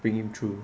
bring him through